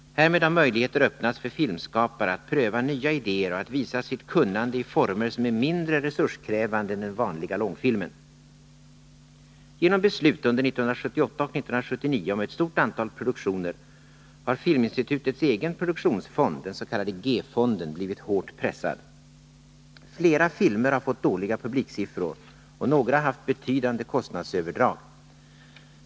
Härmed har möjligheter öppnats för filmskapare att pröva nya idéer och att visa sitt kunnande i former som är mindre resurskrävande än den vanliga långfilmen. Genom beslut under 1978 och 1979 om ett stort antal produktioner har Filminstitutets egen produktionsfond, den s.k. G-fonden, blivit hårt pressad. Flera filmer har fått dåliga publiksiffror, och några har haft betydande kostnadsöverdrag.